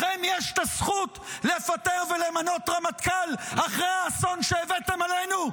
לכם יש את הזכות לפטר ולמנות רמטכ"ל אחרי האסון שהבאתם עלינו?